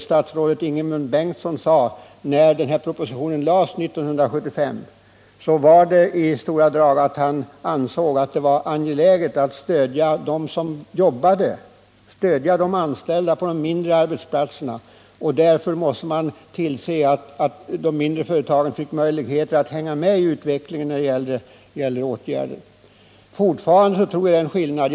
Statsrådet Ingemund Bengtsson sade, när propositionen lades fram 1975, i stora drag att han ansåg att det var angeläget att stödja de anställda på de mindre arbetsplatserna, och därför måste man tillse att de mindre företagen fick möjligheter att hänga med när det gällde åtgärder för arbetsmiljön. Fortfarande tror jag det är en skillnad.